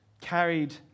carried